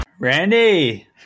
Randy